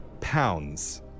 pounds